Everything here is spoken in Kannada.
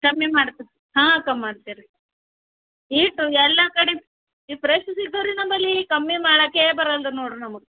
ಕಮ್ಮಿ ಮಾಡ್ತೆ ಹಾಂ ಕಮ್ಮಿ ಮಾಡ್ತೇವೆ ರೀ ಈಟು ಎಲ್ಲ ಕಡೆ ಫ್ರೆಶ್ ಸಿಗ್ತಾವೆ ರೀ ನಂಬಲ್ಲಿ ಕಮ್ಮಿ ಮಾಡೋಕ್ಕೆ ಬರಲ್ದು ನೋಡಿರಿ ನಮಗೆ